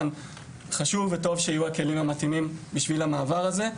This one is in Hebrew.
חשוב וטוב שיהיו הכלים המתאימים בשביל המעבר הזה.